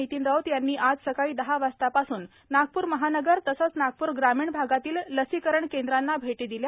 नितीन राऊत यांनी आज सकाळी दहा वाजतापासून नागपूर महानगर तसेच नागपूर ग्रामीण भागातील लसीकरण केंद्रांना भेटी दिल्या